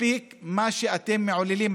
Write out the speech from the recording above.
מספיק מה שאתם מעוללים,